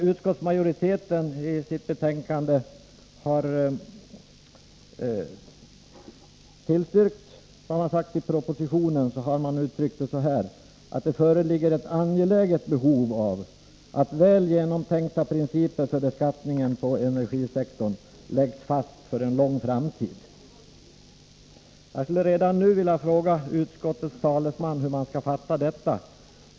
Utskottsmajoriteten uttrycker i sin skrivning sitt tillstyrkande av vad som anförs i propositionen genom att skriva att det föreligger ett angeläget behov av att väl genomtänkta principer för beskattningen på energisektorn läggs fast för en lång framtid. Jag skulle redan nu vilja fråga utskottets talesman hur man skall fatta detta.